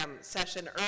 session